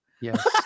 Yes